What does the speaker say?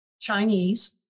Chinese